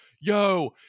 yo